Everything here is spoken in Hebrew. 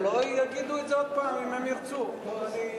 הם לא יגידו את זה עוד פעם אם הם ירצו, לשיטתך?